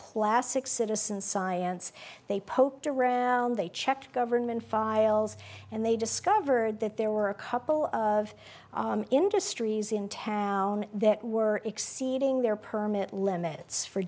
classic citizen science they poked around they checked government files and they discovered that there were a couple of industries in town that were exceeding their permit limits for